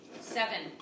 seven